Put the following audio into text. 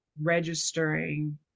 registering